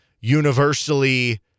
universally